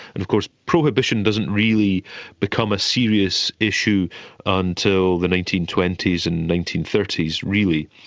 of course prohibition doesn't really become a serious issue until the nineteen twenty s and nineteen thirty really.